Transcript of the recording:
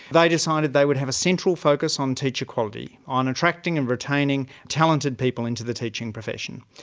they decided they would have a central focus on teacher quality, on attracting and retaining talented people into the teaching profession.